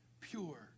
pure